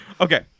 Okay